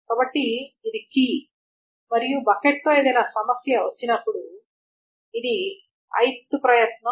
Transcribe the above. కాబట్టి ఇది కీ మరియు బకెట్ తో ఏదైనా సమస్య వచ్చినప్పుడు ఇది ith ప్రయత్నం